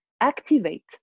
activate